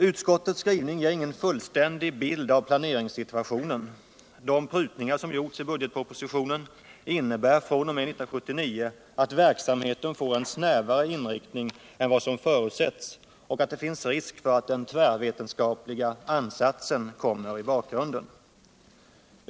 Utskottets skrivning ger ingen fullständig bild av plancringssituationen. De prutningar som gjorts i budgetpropositionen innebär fr.o.m. 1979 att verksamheten får en snävare inriktning än vad som förutsetts och att det finns risk för att den tvärvetenskapliga ansatsen kommer i bakgrunden.